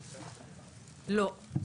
לא.